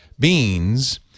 beans